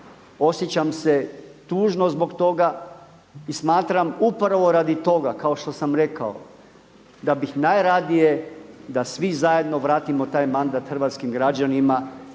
osjećam se tužno zbog toga i smatram upravo radi toga kao što sam rekao da bih najradije da svi zajedno vratimo taj mandat hrvatskim građanima.